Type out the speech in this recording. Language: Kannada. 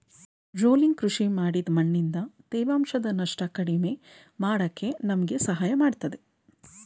ರೋಲಿಂಗ್ ಕೃಷಿ ಮಾಡಿದ್ ಮಣ್ಣಿಂದ ತೇವಾಂಶದ ನಷ್ಟನ ಕಡಿಮೆ ಮಾಡಕೆ ನಮ್ಗೆ ಸಹಾಯ ಮಾಡ್ತದೆ